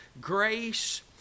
grace